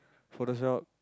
for the shop